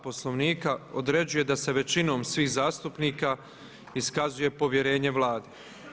Poslovnika određuje da se većinom svih zastupnika iskazuje povjerenje Vladi.